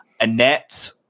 Annette